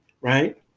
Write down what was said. Right